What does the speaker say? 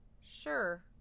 sure